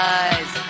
eyes